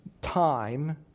time